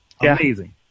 Amazing